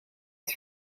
het